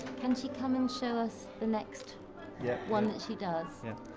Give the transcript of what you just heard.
can she come and show us the next yeah one that she does? yeah.